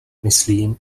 myslím